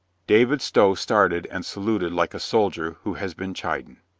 david stow started and saluted like a soldier who has been chidden.